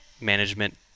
management